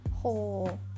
whole